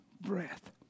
breath